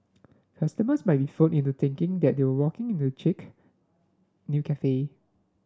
customers might be fooled into thinking that they are walking into chic new cafe